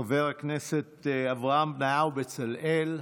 חבר הכנסת אברהם בניהו בצלאל,